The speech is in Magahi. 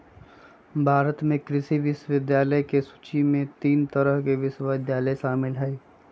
भारत में कृषि विश्वविद्यालय के सूची में तीन तरह के विश्वविद्यालय शामिल हई